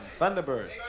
Thunderbird